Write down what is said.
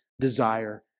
desire